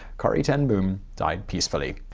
corrie ten boom died peacefully.